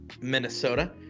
Minnesota